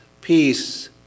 peace